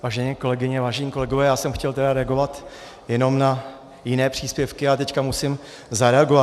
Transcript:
Vážené kolegyně, vážení kolegové, já jsem chtěl tedy reagovat jenom na jiné příspěvky, ale teď musím zareagovat.